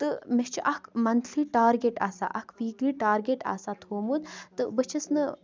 تہٕ مےٚ چھُ اکھ مَنتھلی ٹارگیٚٹ آسان اکھ ویٖکلی ٹارگیٚٹ آسان تھومُت تہٕ بہٕ چھَس نہٕ